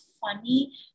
funny